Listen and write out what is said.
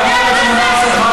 חברת הכנסת בן ארי,